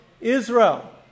Israel